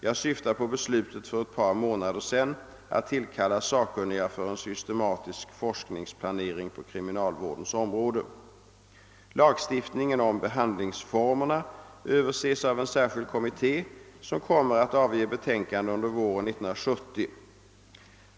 Jag syftar på beslutet för ett par månader sedan att tillkalla sakkunniga för en systematisk forskningsplanering på kriminalvårdens område. Lagstiftningen om behandlingsformerna öÖöverses av en särskild kommitté som kommer att avge betänkande under våren 1970.